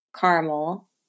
Caramel